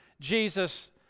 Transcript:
Jesus